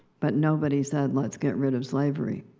but nobody said, let's get rid of slavery,